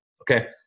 Okay